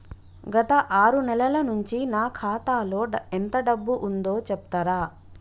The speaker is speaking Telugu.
గత ఆరు నెలల నుంచి నా ఖాతా లో ఎంత డబ్బు ఉందో చెప్తరా?